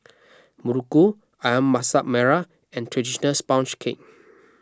Muruku Ayam Masak Merah and Traditional Sponge Cake